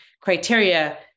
criteria